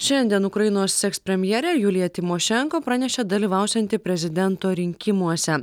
šiandien ukrainos ekspremjerė julija tymošenko pranešė dalyvausianti prezidento rinkimuose